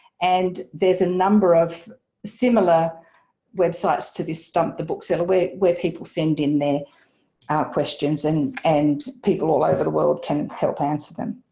and there's a number of similar websites to this, stump the bookseller where where people send in their ah questions and and people all over the world can help answer them.